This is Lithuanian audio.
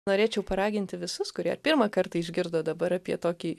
norėčiau paraginti visus kurie pirmą kartą išgirdo dabar apie tokį